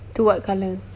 to what colour